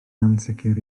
ansicr